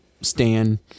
stan